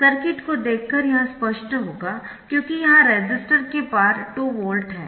circuit को देखकर यह स्पष्ट होगा क्योंकि यहां रेसिस्टर के पार 2 वोल्ट है